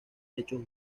hecho